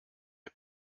ihr